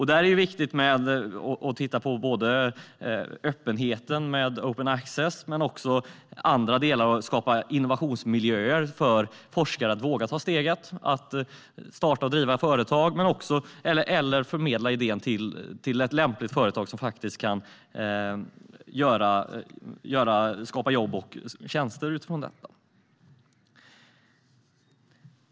Där är det viktigt att såväl titta på öppenheten, med open access, som att skapa innovationsmiljöer där forskare vågar ta steget att starta och driva företag eller förmedla idén till ett lämpligt företag som faktiskt kan skapa jobb och tjänster utifrån detta.